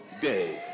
day